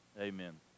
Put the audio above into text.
Amen